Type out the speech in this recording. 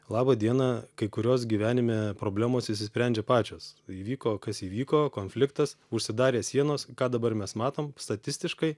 labą dieną kai kurios gyvenime problemos išsisprendžia pačios įvyko kas įvyko konfliktas užsidarė sienos ką dabar mes matom statistiškai